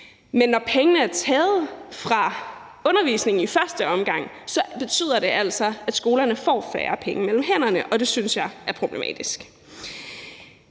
Men når pengene er taget fra undervisningen i første omgang, betyder det altså, at skolerne får færre penge mellem hænderne, og det synes jeg er problematisk.